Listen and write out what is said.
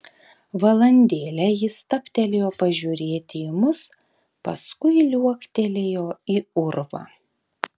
valandėlę jis stabtelėjo pažiūrėti į mus paskui liuoktelėjo į urvą